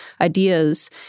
ideas